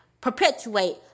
perpetuate